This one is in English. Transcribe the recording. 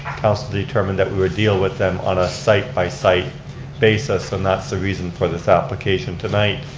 council determined that we would deal with them on a site by site basis, and that's the reason for this application tonight.